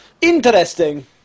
interesting